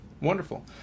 Wonderful